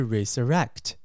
Resurrect